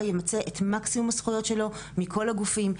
ימצה את מקסימום הזכויות שלו מכל הגופים,